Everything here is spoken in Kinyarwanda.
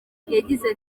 yagize